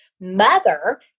mother